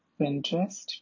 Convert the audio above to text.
Pinterest